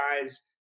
guys